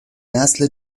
نسل